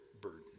burden